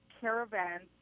caravans